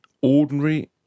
ordinary